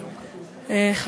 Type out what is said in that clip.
תודה,